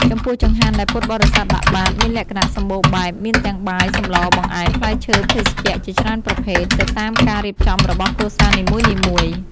ចំពោះចង្ហាន់ដែលពុទ្ធបរិស័ទដាក់បាត មានលក្ខណៈសម្បូរបែបមានទាំង បាយ សម្លរ បង្អែម ផ្លែឈើ ភេសជ្ជៈ ជាច្រើនប្រភេទ ទៅតាមការរៀបចំរបស់គ្រួសារនីមួយៗ។